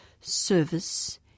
service